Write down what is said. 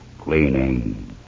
cleaning